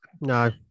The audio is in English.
No